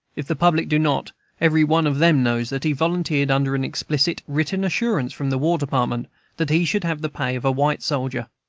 if the public do not every one of them knows that he volunteered under an explicit written assurance from the war department that he should have the pay of a white soldier.